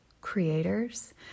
creators